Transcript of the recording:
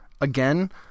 again